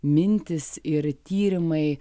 mintys ir tyrimai